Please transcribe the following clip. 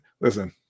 listen